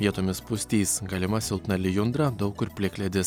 vietomis pustys galima silpna lijundra daug kur plikledis